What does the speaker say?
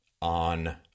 on